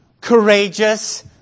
courageous